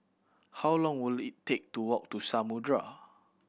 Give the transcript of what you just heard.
how long will it take to walk to Samudera